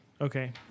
Okay